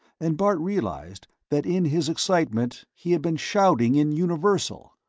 and bart realized that in his excitement he had been shouting in universal.